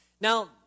Now